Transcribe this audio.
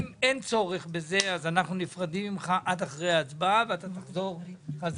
אם אין צורך בזה אז אנחנו נפרדים ממך עד אחרי ההצבעה ואתה תחזור חזרה.